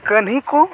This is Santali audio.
ᱠᱟᱹᱦᱱᱤ ᱠᱚ